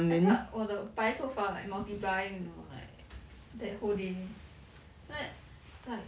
I felt like 我的白头发 like multiplying you know like that whole day like like